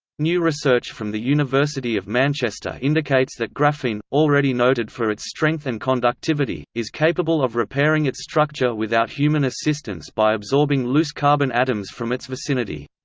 new research from the university of manchester indicates that graphene already noted for its strength and conductivity is capable of repairing its structure without human assistance by absorbing loose carbon atoms from its vicinity.